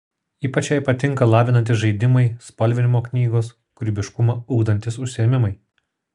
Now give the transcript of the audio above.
ypač jai patinka lavinantys žaidimai spalvinimo knygos kūrybiškumą ugdantys užsiėmimai